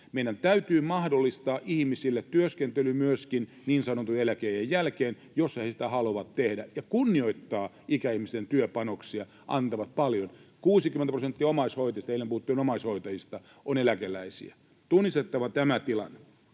Meidän täytyy mahdollistaa ihmisille työskentely myöskin niin sanotun eläkeiän jälkeen, jos he niin haluavat tehdä, ja kunnioittaa ikäihmisten työpanoksia. He antavat paljon: 60 prosenttia omaishoitajista — eilen puhuttiin omaishoitajista — on eläkeläisiä. On tunnistettava tämä tilanne.